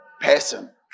person